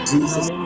Jesus